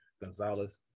Gonzalez